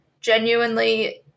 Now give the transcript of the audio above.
genuinely